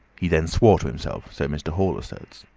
he then swore to himself, so mr. hall asserts.